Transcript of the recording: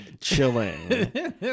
chilling